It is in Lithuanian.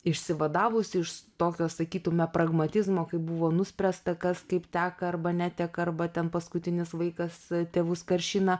išsivadavusi iš tokio sakytume pragmatizmo kai buvo nuspręsta kas kaip teka arba neteka arba ten paskutinis vaikas tėvus karšina